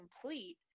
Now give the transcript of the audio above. complete